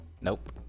Nope